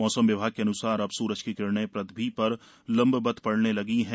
मौसम विभाग के अनुसार अब सूरज की किरणें पृथ्वी पर लंबवत पड़ने लगी हैं